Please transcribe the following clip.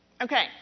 Okay